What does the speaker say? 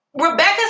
rebecca